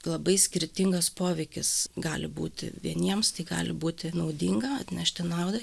labai skirtingas poveikis gali būti vieniems tai gali būti naudinga atnešti naudą